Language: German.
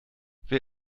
wer